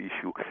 issue